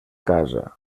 casa